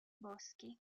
boschi